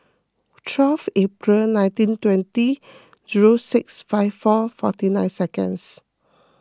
twelve April nineteen twenty zero six five four forty nine seconds